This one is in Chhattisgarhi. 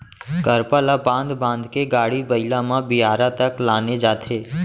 करपा ल बांध बांध के गाड़ी बइला म बियारा तक लाने जाथे